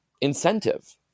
incentive